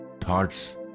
Thoughts